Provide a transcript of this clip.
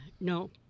No